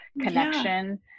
connection